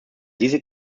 diese